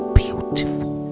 beautiful